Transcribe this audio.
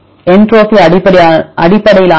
entropy அடிப்படையிலான முறை